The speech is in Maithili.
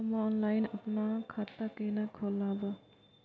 हम ऑनलाइन अपन खाता केना खोलाब?